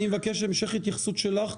אני מבקש את המשך ההתייחסות שלך,